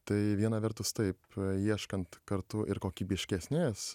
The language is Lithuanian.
tai viena vertus taip ieškant kartu ir kokybiškesnės